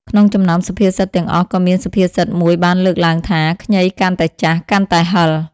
ក្នុងចំណោមសុភាសិតទាំងអស់ក៏មានសុភាសិតមួយបានលើកឡើងថា ខ្ញីកាន់តែចាស់ កាន់តែហឹរ។